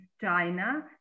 China